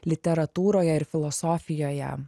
literatūroje ir filosofijoje